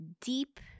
deep